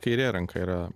kairė ranka yra